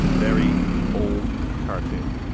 very old cartoon.